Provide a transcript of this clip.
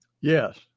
yes